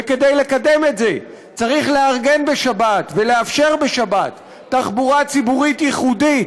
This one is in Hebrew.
וכדי לקדם את זה צריך לארגן בשבת ולאפשר בשבת תחבורה ציבורית ייחודית,